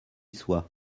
soit